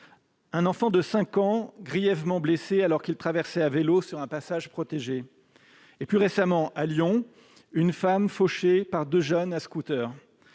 un enfant de 5 ans, grièvement blessé alors qu'il traversait à vélo sur un passage protégé ; plus récemment, à Lyon, une femme fauchée par deux jeunes à scooter